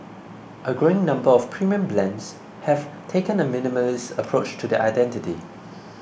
a growing number of premium brands have taken a minimalist approach to their identity